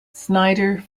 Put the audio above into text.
snyder